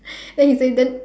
then he say then